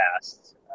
past